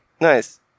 Nice